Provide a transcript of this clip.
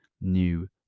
new